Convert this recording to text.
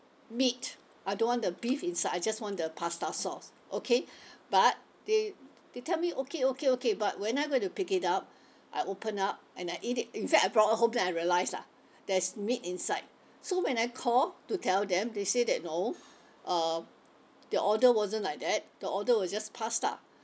meat I don't want the beef inside I just want the pasta sauce okay but they they tell me okay okay okay but when I went to pick it up I opened up and I eat it in fact I brought it home then I realised lah there's meat inside so when I called to tell them they said that no uh the order wasn't like that the order was just pasta